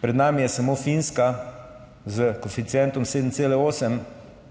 pred nami je samo Finska s koeficientom 7,8,